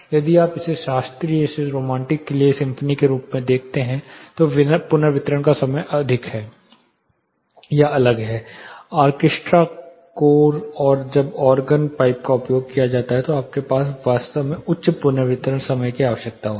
यदि आप इसे शास्त्रीय से रोमांटिक के लिए सिम्फनी के रूप में देखते हैं तो पुनर्वितरण का समय अलग है ऑर्केस्ट्रा कोरस और जब ऑर्गन पाइप का उपयोग किया जाता है तो आपको वास्तव में उच्च पुनर्वितरण समय की आवश्यकता होगी